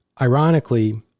ironically